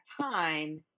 time